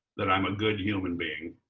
that i'm a good human being.